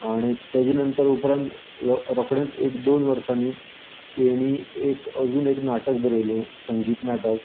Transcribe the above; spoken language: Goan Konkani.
आनी तेजे नंतर उपरांत हो रोखडेंच एक दोन वर्सांनी तेणी एक अजून एक नाटक बरयलें संगीत नाटक